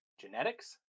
Genetics